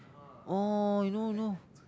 oh you know you know